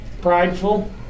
Prideful